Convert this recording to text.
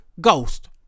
ghost